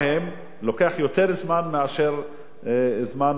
לוקח להן יותר זמן מאשר זמן הביצוע,